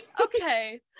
okay